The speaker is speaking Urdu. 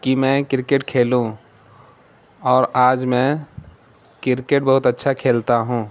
کہ میں کرکٹ کھیلوں اور آج میں کرکٹ بہت اچھا کھیلتا ہوں